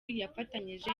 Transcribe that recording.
yafatanyije